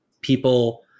people